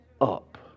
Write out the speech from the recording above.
up